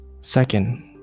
second